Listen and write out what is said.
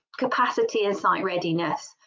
capacity and site readiness,